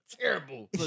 terrible